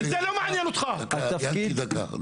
יעקב דקה.